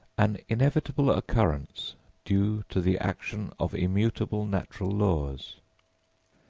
an inevitable occurrence due to the action of immutable natural laws.